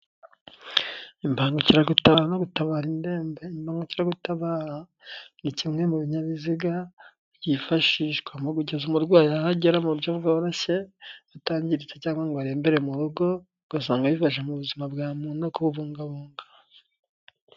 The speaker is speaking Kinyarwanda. Imbangukira gutaba no gutabara indembe ni kimwe mu binyabiziga byifashishwa mu kugeza umurwayi ahagera mu buryo bworoshye atangiritse cyangwa ngo arembere mu rugo, ugasanga bifasha mu buzima bwa muntu no ku bubungabunga.